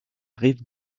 rive